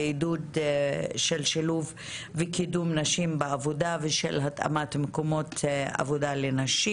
לעידוד של שילוב וקידום נשים בעבודה ושל התאמת מקומות עבודה לנשים.